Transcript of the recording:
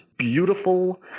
beautiful